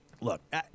look